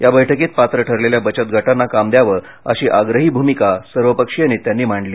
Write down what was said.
या बैठकीत पात्र ठरलेल्या बचत गटांना काम दयावं अशी आग्रही भूमिका सर्वपक्षीय नेत्यांनी मांडली